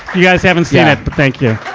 you guys haven't seen it, but thank you.